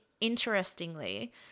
interestingly